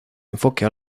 enfoque